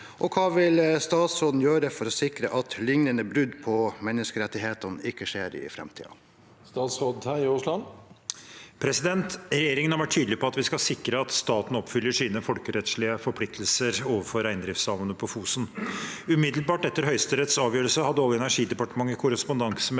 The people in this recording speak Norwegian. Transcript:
og hva vil statsråden gjøre for å sikre at liknende brudd på menneskerettighetene ikke skjer i fremtiden?» Statsråd Terje Aasland Regjeringen har vært tydelig på at vi skal sikre at staten oppfyller sine folkerettslige forpliktelser overfor reindriftssamene på Fosen. Umiddelbart etter Høyesteretts avgjørelse hadde Olje- og energidepartementet korrespondanse med